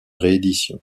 réédition